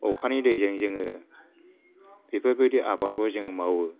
अ'खानि दैजों जोङो बेफोर बायदि आबादखौ जों मावो